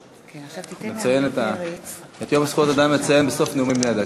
את יום זכויות האדם נציין בסוף הנאומים בני דקה,